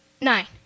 Nine